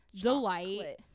delight